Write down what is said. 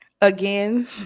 Again